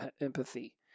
empathy